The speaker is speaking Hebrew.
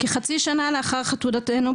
כחצי שנה לאחר חתונתנו,